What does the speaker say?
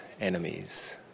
enemies